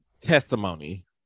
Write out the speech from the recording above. testimony